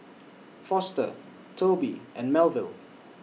Foster Tobi and Melville